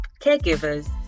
caregivers